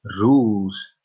rules